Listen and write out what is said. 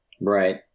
Right